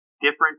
different